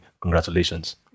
Congratulations